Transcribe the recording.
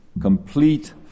complete